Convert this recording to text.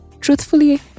Truthfully